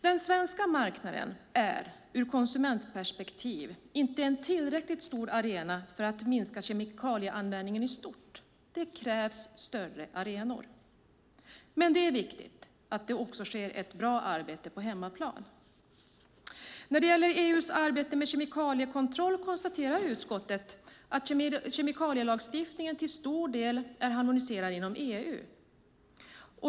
Den svenska marknaden är, ur konsumentperspektiv, inte en tillräckligt stor arena för att minska kemikalieanvändningen i stort. Det krävs större arenor. Men det är viktigt att det sker ett bra arbete också på hemmaplan. När det gäller EU:s arbete med kemikaliekontroll konstaterar utskottet att kemikalielagstiftningen till stor del är harmoniserad inom EU.